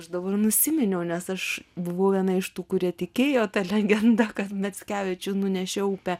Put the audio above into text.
aš dabar nusiminiau nes aš buvau viena iš tų kurie tikėjo ta legenda kad mickevičių nunešė upė